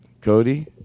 Cody